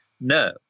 no